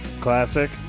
Classic